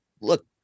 look